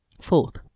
Fourth